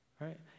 right